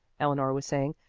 eleanor was saying.